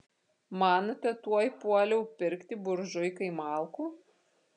manote tuoj puoliau pirkti buržuikai malkų